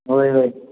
होय होय